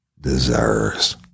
deserves